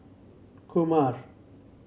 Kumar